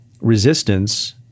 resistance